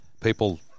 people